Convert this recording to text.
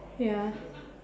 ya